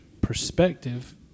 perspective